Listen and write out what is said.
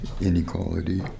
inequality